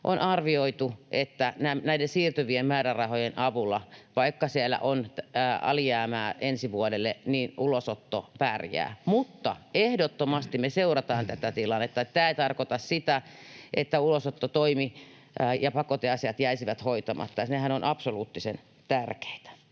on arvioitu, että näiden siirtyvien määrärahojen avulla, vaikka siellä on alijäämää ensi vuodelle, ulosotto pärjää, mutta ehdottomasti me seurataan tätä tilannetta. Tämä ei tarkoita sitä, että ulosottotoimi ja pakoteasiat jäisivät hoitamatta. Nehän ovat absoluuttisen tärkeitä.